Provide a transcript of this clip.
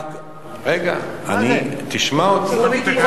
רגע, תשמע אותי.